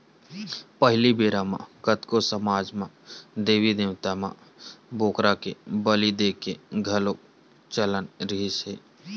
पहिली बेरा म कतको समाज म देबी देवता म बोकरा के बली देय के घलोक चलन रिहिस हे